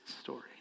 story